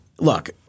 Look